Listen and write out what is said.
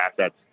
assets